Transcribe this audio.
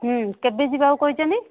ହୁଁ କେବେ ଯିବା ଆଉ କହିଛନ୍ତି